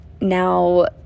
Now